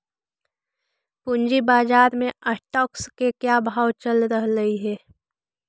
पूंजी बाजार में स्टॉक्स के क्या भाव चल रहलई हे